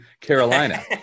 Carolina